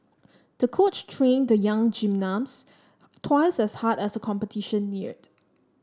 the coach trained the young gymnast twice as hard as the competition neared